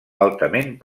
altament